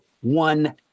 one